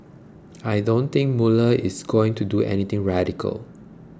I don't think Mueller is going to do anything radical